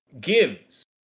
gives